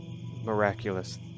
miraculous